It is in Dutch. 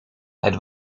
het